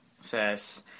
says